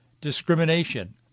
discrimination